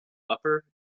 upper